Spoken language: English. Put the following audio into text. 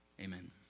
Amen